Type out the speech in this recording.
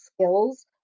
skills